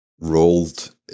rolled